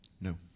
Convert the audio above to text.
No